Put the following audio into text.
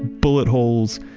bullet holes,